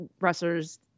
wrestlers